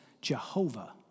Jehovah